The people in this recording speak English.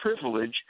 privilege